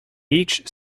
each